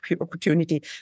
opportunity